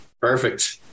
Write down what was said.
Perfect